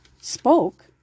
spoke